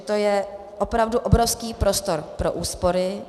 To je opravdu obrovský prostor pro úspory.